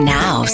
now